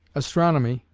astronomy,